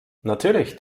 natürlich